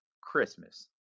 Christmas